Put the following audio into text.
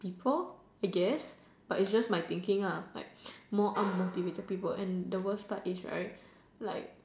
people I guess but it's just my thinking ah like more unmotivated people but the worst part is right